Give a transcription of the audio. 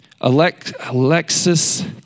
Alexis